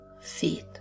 feet